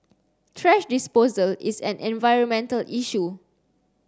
thrash disposal is an environmental issue